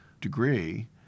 degree